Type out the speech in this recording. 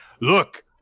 Look